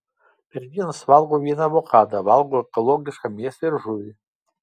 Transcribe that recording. per dieną suvalgau vieną avokadą valgau ekologišką mėsą ir žuvį